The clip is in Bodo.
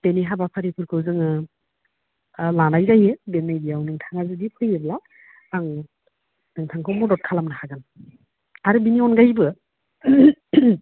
बेनि हाबाफारिफोरखौ जोङो लानाय जायो बेबायदियाव नोंथाङा जुदि फैयोब्ला आं नोंथांखौ मदद खालामनो हागोन आरो बिनि अनगायैबो